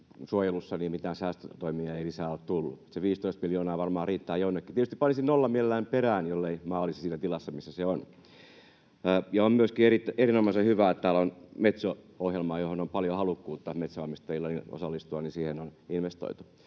mitään säästötoimia lisää. Se 15 miljoonaa varmaan riittää jonnekin. Tietysti panisin nollan mielelläni perään, jollei maa olisi siinä tilassa, missä se on. Ja on myöskin erinomaisen hyvä, että täällä on investoitu Metso-ohjelmaan, johon on paljon halukkuutta metsänomistajilla osallistua. Kysymykseni liittyy